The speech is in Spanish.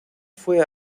fue